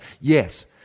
Yes